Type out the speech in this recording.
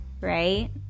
right